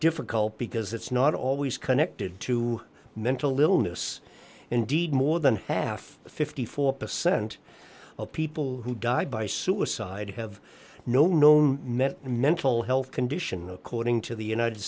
difficult because it's not always connected to mental illness indeed more than half the fifty four percent of people who die by suicide have no known met mental health condition according to the united